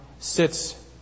sits